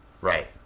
Right